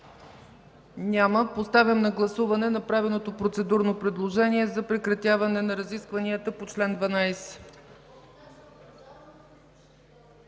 Няма. Поставям на гласуване направеното процедурно предложение за прекратяване на разискванията по чл. 12.